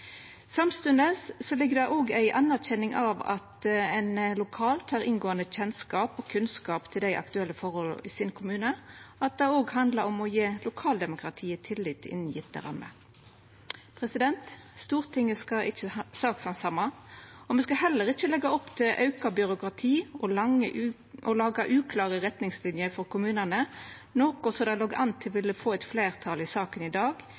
ligg det ei anerkjenning av at ein lokalt har inngåande kunnskap om og kjennskap til dei aktuelle forholda i sin kommune, og at det òg handlar om å gje lokaldemokratiet tillit innan gjevne rammer. Stortinget skal ikkje sakshandsama, og me skal heller ikkje leggja opp til å auka byråkrati og til å laga uklare retningslinjer for kommunane, noko det låg an til ville få eit fleirtal i saka i dag,